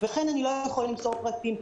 לכן אני לא יכולה למסור פרטים.